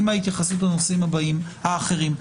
עם ההתייחסות לנושאים האחרים.